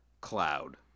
cloud